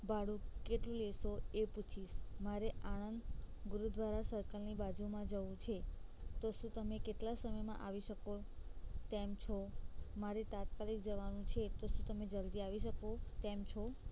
ભાડું કેટલું લેશો એ પૂછીશ મારે આણંદ ગુરુદ્વારા સર્કલની બાજુમાં જવું છે તો શું તમે કેટલા સમયમાં આવી શકો તેમ છો મારે તાત્કાલિક જવાનું છે તો શું તમે જલ્દી આવી શકો તેમ છો